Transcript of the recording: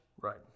Right